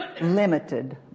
limited